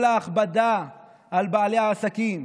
כל ההכבדה על בעלי העסקים,